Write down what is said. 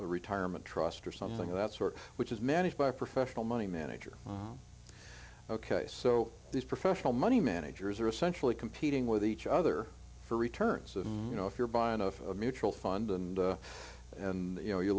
retirement trust or something of that sort which is managed by a professional money manager ok so these professional money managers are essentially competing with each other for returns and you know if you're buying of mutual fund and you know you